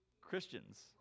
christians